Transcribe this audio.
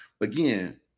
Again